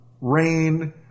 rain